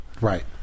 Right